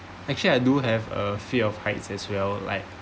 actually I do have a fear of heights as well like